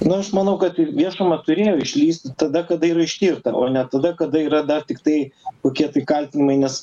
na aš manau kad į viešumą turėjo išlįsti tada kada yra ištirta o ne tada kada yra dar tiktai kokie tai kaltinimai nes